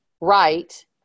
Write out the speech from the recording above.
right